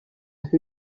who